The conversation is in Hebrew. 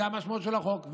זו המשמעות של החוק.